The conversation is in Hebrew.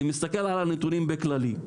אני מסתכל על הנתונים באופן כללי.